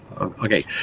Okay